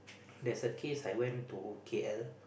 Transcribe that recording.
there's a case I went to K_L